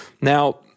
Now